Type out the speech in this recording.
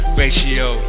ratio